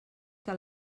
que